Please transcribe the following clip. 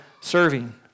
serving